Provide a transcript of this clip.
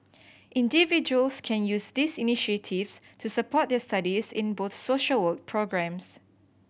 individuals can use these initiatives to support their studies in both social work programmes